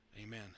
Amen